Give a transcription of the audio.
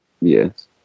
Yes